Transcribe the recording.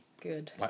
Good